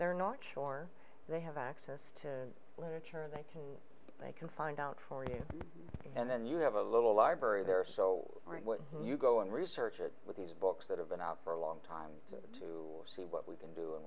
they're not sure they have access to or they can they can find out for you and then you have a little library there so you go and research it with these books that have been out for a long time to see what we can do